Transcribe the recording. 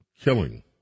killing